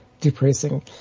depressing